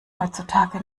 heutzutage